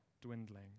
dwindling